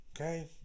Okay